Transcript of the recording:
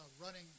running